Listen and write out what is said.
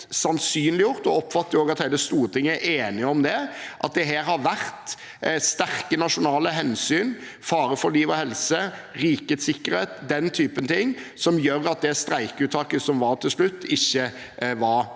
sannsynliggjort – og oppfatter også at hele Stortinget er enige om det – at her har det vært sterke nasjonale hensyn, fare for liv og helse, rikets sikkerhet, den typen ting, som gjør at det streikeuttaket som var til slutt, ikke var mulig